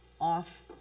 off